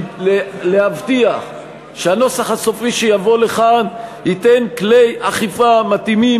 להבטיח שהנוסח הסופי שיבוא לכאן ייתן כלי אכיפה מתאימים